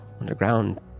underground